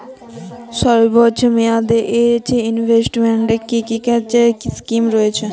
স্বল্পমেয়াদে এ ইনভেস্টমেন্ট কি কী স্কীম রয়েছে?